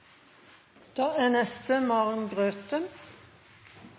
Då er